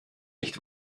nicht